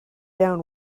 down